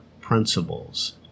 principles